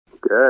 Good